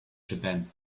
japan